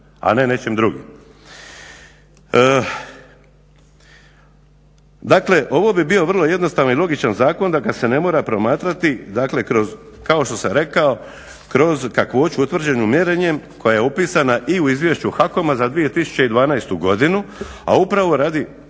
a ne nečim drugim. Dakle ovo bi bio vrlo jednostavan i logičan zakon da ga se ne mora promatrati dakle kao što sam rekao kroz kakvoću utvrđenu mjerenjem koja je upisana i u izvješću HAKOM-a za 2012. godinu, a upravo radi